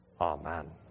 Amen